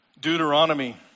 Deuteronomy